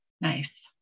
Nice